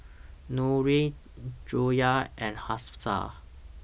Nurin Joyah and Hafsa